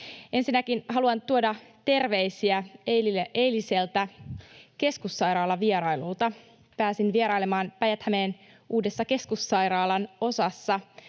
Ensinnäkin haluan tuoda terveisiä eiliseltä keskussairaalavierailulta. Pääsin vierailemaan Päijät-Hämeen uudessa keskussairaalan osassa,